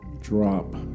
drop